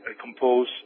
compose